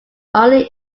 only